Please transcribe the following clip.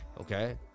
Okay